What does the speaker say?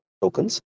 tokens